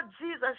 Jesus